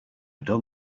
done